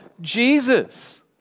Jesus